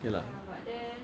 okay lah